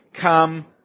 come